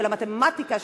של המתמטיקה,